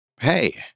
Hey